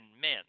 men